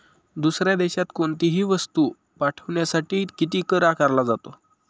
दुसऱ्या देशात कोणीतही वस्तू पाठविण्यासाठी किती कर आकारला जातो?